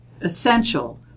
essential